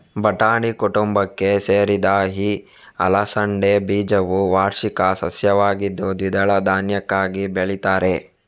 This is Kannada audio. ಬಟಾಣಿ ಕುಟುಂಬಕ್ಕೆ ಸೇರಿದ ಈ ಅಲಸಂಡೆ ಬೀಜವು ವಾರ್ಷಿಕ ಸಸ್ಯವಾಗಿದ್ದು ದ್ವಿದಳ ಧಾನ್ಯಕ್ಕಾಗಿ ಬೆಳೀತಾರೆ